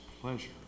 pleasure